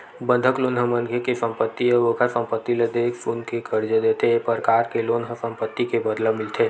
बंधक लोन ह मनखे के संपत्ति अउ ओखर संपत्ति ल देख सुनके करजा देथे ए परकार के लोन ह संपत्ति के बदला मिलथे